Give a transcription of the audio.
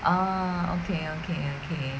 ah okay okay okay